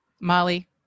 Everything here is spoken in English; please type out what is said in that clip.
Molly